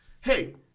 Hey